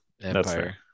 Empire